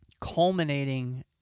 culminating